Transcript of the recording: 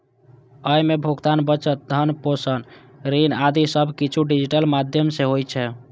अय मे भुगतान, बचत, धन प्रेषण, ऋण आदि सब किछु डिजिटल माध्यम सं होइ छै